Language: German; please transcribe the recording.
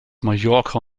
mallorca